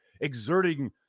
exerting –